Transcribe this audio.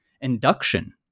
induction